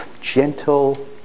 gentle